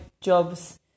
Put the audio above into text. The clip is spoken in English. jobs